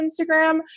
Instagram